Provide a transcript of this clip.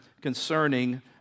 concerning